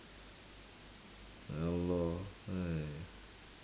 ya lor !haiya!